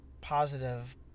positive